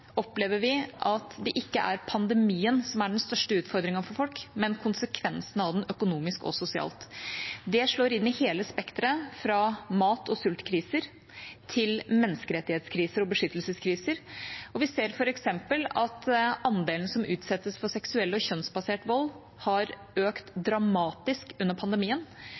opplever vi at det ikke er pandemien som er den største utfordringen for folk, men konsekvensene av den økonomisk og sosialt. Det slår inn i hele spekteret fra mat- og sultkriser, til menneskerettighetskriser og beskyttelseskriser. Vi ser f.eks. at andelen som utsettes for seksuell og kjønnsbasert vold, har økt dramatisk under pandemien.